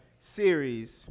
series